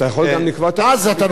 יש כבר רעיונות כאלה פה,